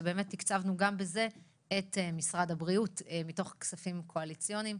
שתקצבנו גם בזה את משרד הבריאות מתוך הכספים הקואליציוניים.